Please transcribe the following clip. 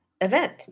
event